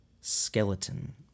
skeleton